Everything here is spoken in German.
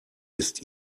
ist